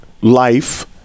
life